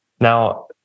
now